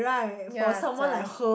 ya zai